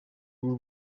rw’u